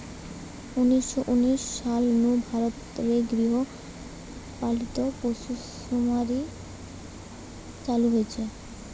উনিশ শ উনিশ সাল নু ভারত রে গৃহ পালিত পশুসুমারি চালু হইচে